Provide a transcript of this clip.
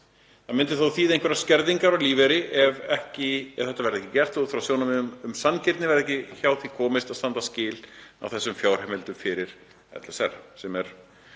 Það myndi þýða einhverjar skerðingar á lífeyri ef það yrði ekki gert og út frá sjónarmiðum um sanngirni verði ekki hjá því komist að standa skil á þessum fjárheimildum fyrir LSR. Það er